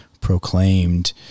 proclaimed